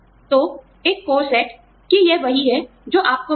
तो एक core set कि यह वही है जो आपको मिलेगा